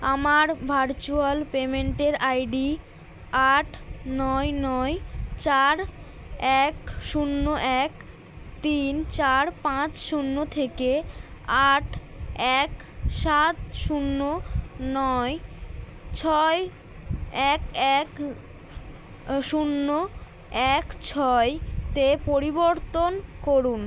আমার ভার্চুয়াল পেমেন্টের আইডি আট নয় নয় চার এক শূন্য এক তিন চার পাঁচ শূন্য থেকে আট এক সাত শূন্য নয় ছয় এক এক শূন্য এক ছয়তে পরিবর্তন করুন